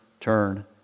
turn